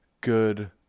good